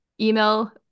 Email